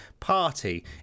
party